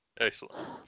Excellent